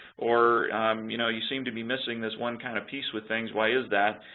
or you know you seem to be missing this one kind of piece with things, why is that?